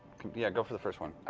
yeah go for the first one.